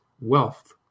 wealth